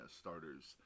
starters